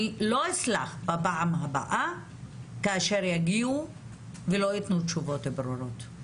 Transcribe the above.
אני לא אסלח בפעם הבאה כאשר יגיעו ולא יתנו תשובות ברורות.